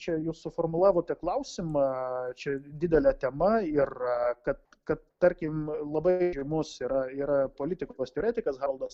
čia jūs suformulavote klausimą čia didelė tema ir kad kad tarkim labai žymus yra yra politikos teoretikas haroldas